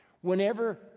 Whenever